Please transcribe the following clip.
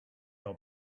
are